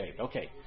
okay